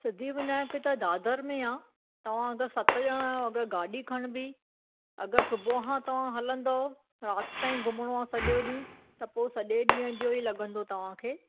सिद्धि विनायक त दादर में आहे तव्हां अगरि सत ॼणा आहियो अगरि गाॾी खणिबी अगरि सुबुह खां तव्हां हलंदव रात ताईं घुमणो आहे सॼो ॾींहुं त पोइ सॼे ॾींहं जो ई लॻंदो तव्हांखे